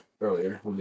Earlier